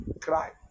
cry